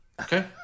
Okay